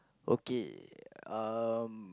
okay um